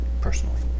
personally